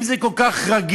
אם זה כל כך רגיש,